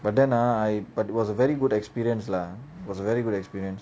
but then I but it was a very good experience lah was very good experience